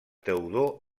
teodor